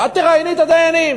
ואת תראייני את הדיינים.